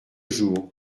jours